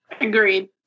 Agreed